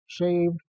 saved